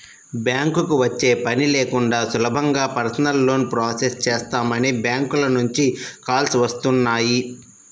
బ్యాంకుకి వచ్చే పని లేకుండా సులభంగా పర్సనల్ లోన్ ప్రాసెస్ చేస్తామని బ్యాంకుల నుంచి కాల్స్ వస్తున్నాయి